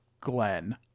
Glenn